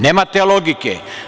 Nema te logike.